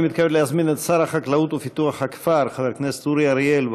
אני מתכוון להזמין את שר החקלאות ופיתוח הכפר חבר הכנסת אורי אריאל.